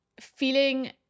feeling